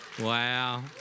Wow